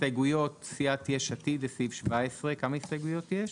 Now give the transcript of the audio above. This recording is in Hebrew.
הסתייגויות סיעת יש עתיד כמה הסתייגויות יש?